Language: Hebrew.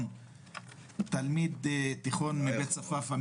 תלמיד תיכון מבית צפפה,